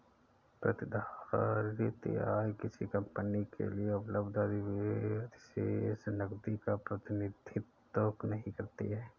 प्रतिधारित आय किसी कंपनी के लिए उपलब्ध अधिशेष नकदी का प्रतिनिधित्व नहीं करती है